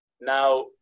Now